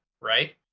right